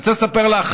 אני רוצה לספר לך,